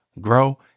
grow